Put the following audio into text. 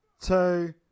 two